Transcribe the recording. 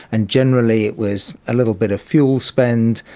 and generally it was a little bit of fuel spent,